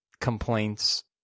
complaints